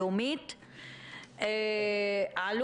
גם